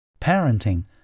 Parenting